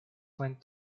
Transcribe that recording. went